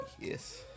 Yes